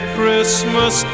Christmas